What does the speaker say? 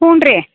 ಹ್ಞೂ ರೀ